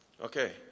Okay